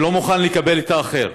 שלא מוכן לקבל את האחר,